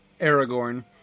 Aragorn